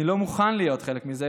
אני לא מוכן להיות חלק מזה,